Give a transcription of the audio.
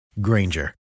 Granger